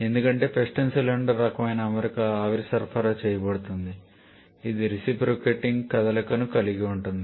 ఎందుకంటే piston cylinder రకమైన అమరికకు ఆవిరి సరఫరా చేయబడుతుంది ఇది రెసిప్రొకేటింగ్ కదలికను కలిగి ఉంటుంది